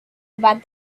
about